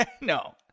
no